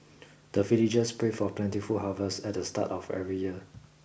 the villagers pray for plentiful harvest at the start of every year